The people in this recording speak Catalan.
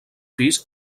pis